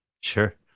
sure